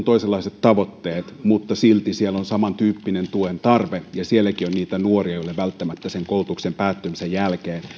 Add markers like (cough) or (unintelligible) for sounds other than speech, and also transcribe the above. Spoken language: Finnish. (unintelligible) toisenlaiset tavoitteet mutta silti siellä on samantyyppinen tuen tarve ja sielläkin on niitä nuoria joille välttämättä sen koulutuksen päättymisen jälkeen